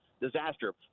disaster